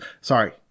Sorry